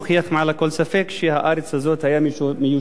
מוכיח מעל לכל ספק שהארץ הזאת היתה מיושבת